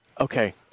Okay